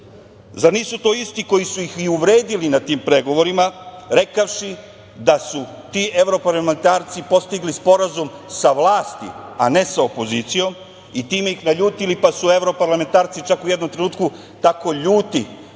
Zar nisu to isti koji su ih i uvredili na tim pregovorima rekavši da su ti evroparlamentarci postigli sporazum sa vlasti, a ne sa opozicijom i time ih naljutili, pa su evroparlamentarci čak u jednom trenutku tako ljuti